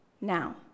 now